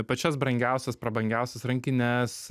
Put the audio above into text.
pačias brangiausias prabangiausias rankines